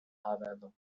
however